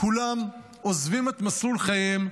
כולם עוזבים את מסלול חייהם,